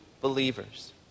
believers